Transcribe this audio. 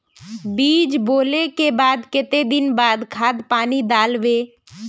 बीज बोले के बाद केते दिन बाद खाद पानी दाल वे?